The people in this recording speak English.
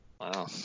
Wow